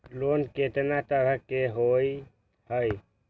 Loan केतना तरह के होअ हई?